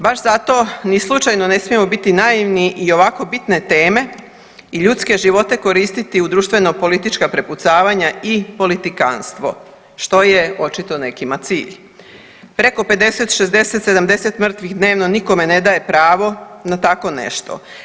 Baš zato ni slučajno ne smijemo biti naivni i ovako bitne teme i ljudske živote koristiti u društveno politička prepucavanja i politikanstvo, što je očito nekima cilj, preko 50, 60, 70 mrtvih dnevno nikome ne daje pravo na tako nešto.